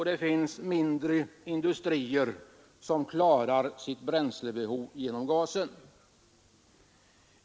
Det finns också mindre industrier som klarar sitt bränslebehov genom gasen.